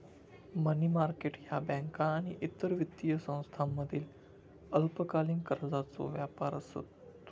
मनी market ह्या बँका आणि इतर वित्तीय संस्थांमधील अल्पकालीन कर्जाचो व्यापार आसत